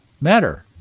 matter